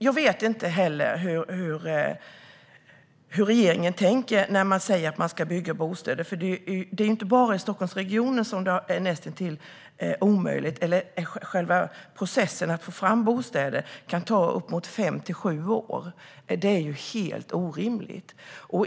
Jag vet inte heller hur regeringen tänker när man säger att man ska bygga bostäder. Det är inte bara i Stockholmsregionen som det är näst intill omöjligt och där processen kan ta uppemot fem till sju år. Det är helt orimligt.